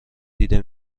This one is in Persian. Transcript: دیده